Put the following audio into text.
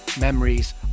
Memories